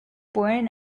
born